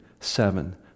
seven